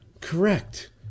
Correct